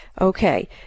Okay